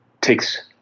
takes